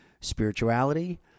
Spirituality